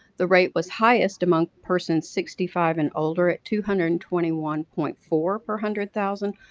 the rate was highest among persons sixty five and older at two hundred and twenty one point four per hundred thousand,